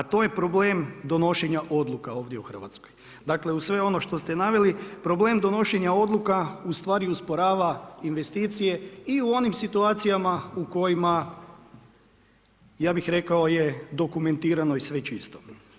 A to je problem donošenja odluka ovdje u Hrvatskoj, dakle uz sve ono što ste naveli problem donošenja odluka ustvari usporava investicije i u onom situacijama u kojima ja bih rekao je dokumentirano i sve čisto.